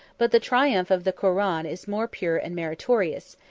but the triumph of the koran is more pure and meritorious,